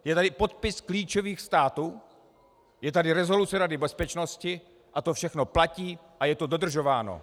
Je tady podpis klíčových států, je tady rezoluce Rady bezpečnosti a to všechno platí a je to dodržováno.